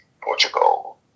Portugal